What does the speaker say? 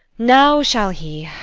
now shall he